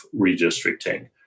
redistricting